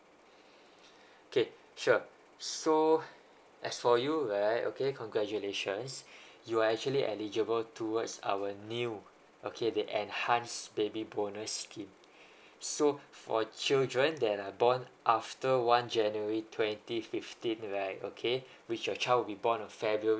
okay sure so as for you right okay congratulations you actually eligible towards our new okay the enhance baby bonus scheme so for children that are born after one january twenty fifteen right okay which your child be born on february